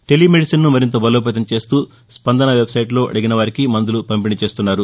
tele మెడిసన్ను మరింత బలోపేతం చేస్తూ స్పందన వెబ్ సైట్లో అడిగినవారికి మందులు పంపిణి చేస్తున్నారు